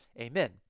amen